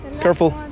careful